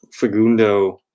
Fagundo